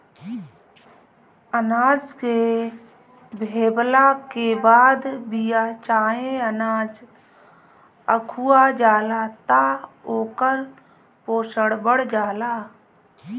अनाज के भेवला के बाद बिया चाहे अनाज अखुआ जाला त ओकर पोषण बढ़ जाला